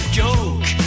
joke